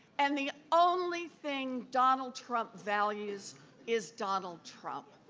and the only thing donald trump values is donald trump.